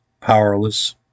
powerless